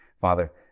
Father